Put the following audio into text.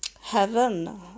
heaven